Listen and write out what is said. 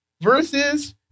Versus